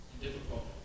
difficult